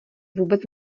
vůbec